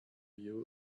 you